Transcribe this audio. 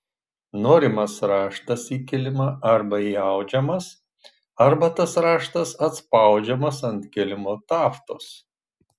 norimas raštas į kilimą arba įaudžiamas arba tas raštas atspaudžiamas ant kilimo taftos